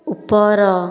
ଉପର